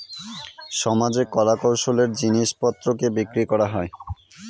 সমাজে কলা কৌশলের জিনিস পত্রকে বিক্রি করা হয়